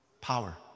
Power